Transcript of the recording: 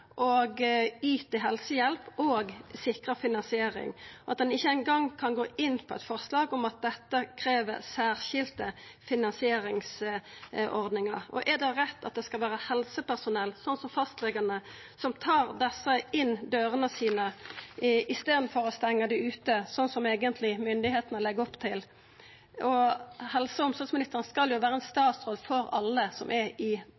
og yter helsehjelp og sikrar finansiering, og at ein ikkje eingong kan gå inn på eit forslag om at dette krev særskilde finansieringsordningar. Er det rett at det skal vera helsepersonell, slik som fastlegane, som tar desse inn dørene sine, i staden for å stengja dei ute, slik som myndigheitene eigentleg legg opp til? Helse- og omsorgsministeren skal jo vera ein statsråd for alle som er i